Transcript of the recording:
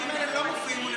תגידי בעד ותבחיני.